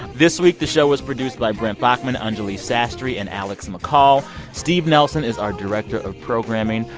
this week, the show was produced by brent baughman, anjuli sastry and alex mccall. steve nelson is our director of programming.